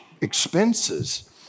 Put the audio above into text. expenses